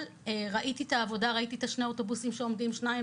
ראיתי את העבודה של צה"ל ואת שני האוטובוסים שעומדים ומחכים,